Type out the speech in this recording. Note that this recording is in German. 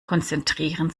konzentrieren